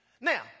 Now